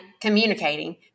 Communicating